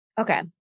Okay